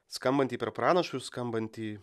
skambantį per pranašus skambantį